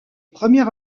premier